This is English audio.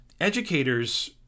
educators